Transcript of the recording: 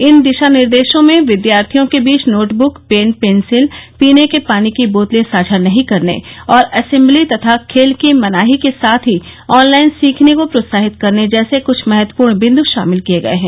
इन दिशानिर्देशों में विद्यार्थियों के बीच नोट बुक पेन पेंसिल पीने के पानी की बोतलें साझा नहीं करने और असेम्बली तथा खेल की मनाही के साथ ही ऑनलाइन सीखने को प्रोत्साहित करने जैसे कृछ महत्वपूर्ण बिंद् शामिल किए गए हैं